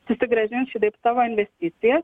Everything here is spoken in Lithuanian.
susigrąžins šitaip savo investicijas